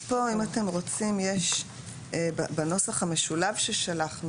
אז בנוסח המשולב ששלחנו